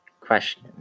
question